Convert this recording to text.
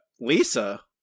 Lisa